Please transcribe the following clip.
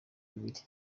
bibiri